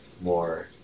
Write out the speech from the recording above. more